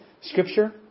Scripture